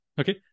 Okay